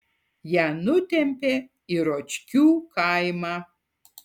ją nutempė į ročkių kaimą